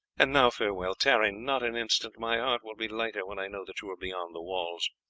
and now farewell. tarry not an instant, my heart will be lighter when i know that you are beyond the walls.